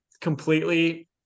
completely